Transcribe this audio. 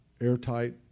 airtight